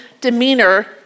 demeanor